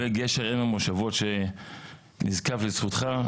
וגשר אם המושבות שנזקף לזכותך,